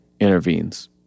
intervenes